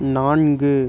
நான்கு